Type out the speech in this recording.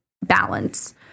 balance